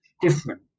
different